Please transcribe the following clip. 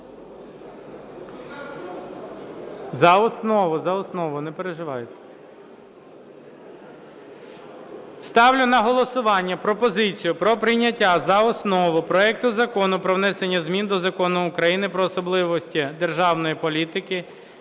– добре, приймається. Ставлю на голосування пропозицію про прийняття за основу проекту Закону про внесення змін до Закону України "Про особливості державної політики